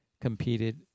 competed